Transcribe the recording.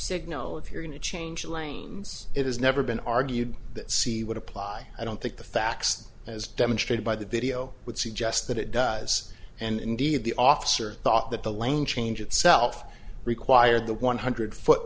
signal if you're going to change lanes it is never been argued that c would apply i don't think the facts as demonstrated by the video would suggest that it does and indeed the officer thought that the lane change itself required the one hundred foot